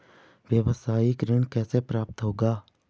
व्यावसायिक ऋण कैसे प्राप्त होगा?